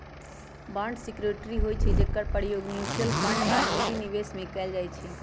bond security होइ छइ जेकर प्रयोग म्यूच्यूअल फंड आऽ निजी निवेश में कएल जाइ छइ